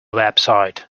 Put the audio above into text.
website